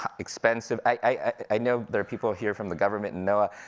expensive. i know there are people here from the government and noaa.